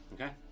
okay